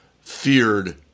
feared